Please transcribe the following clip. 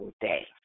day